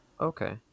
Okay